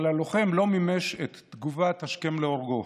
אבל הלוחם לא מימש את תגובת "השכם להורגו",